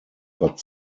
but